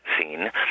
seen